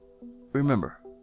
Remember